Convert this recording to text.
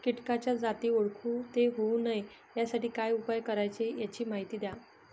किटकाच्या जाती ओळखून ते होऊ नये यासाठी काय उपाय करावे याची माहिती द्या